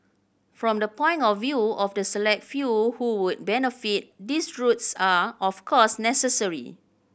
from the point of view of the select few who would benefit these routes are of course necessary